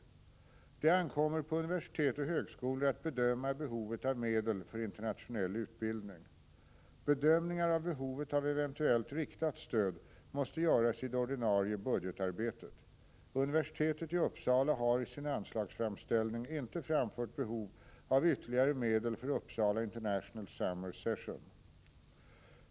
Det ankommer på universitet och högskolor att bedöma behovet av medel för internationell utbildning. Bedömningar av behovet av eventuellt riktat stöd måste göras i det ordinarie budgetarbetet. Universitetet i Uppsala har i sin anslagsframställning inte framfört behov av ytterligare medel för Uppsala International Summer Session.